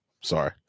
Sorry